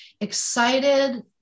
excited